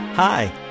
Hi